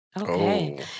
Okay